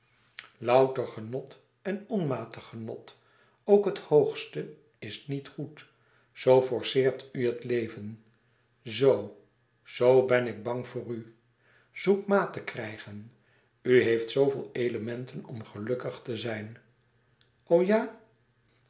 louter genot en onmatig genot ook het hoogste is niet goed zoo forceert u het leven zoo zoo ben ik bang voor u zoek maat te krijgen u heeft zooveel elementen om gelukkig te zijn o ja